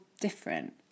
different